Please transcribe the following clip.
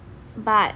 but